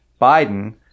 Biden